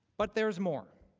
but there is more.